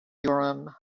urim